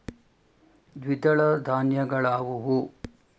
ದ್ವಿದಳ ಧಾನ್ಯಗಳಾವುವು?